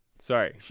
sorry